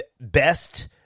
best